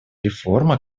реформа